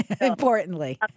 importantly